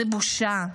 זאת בושה.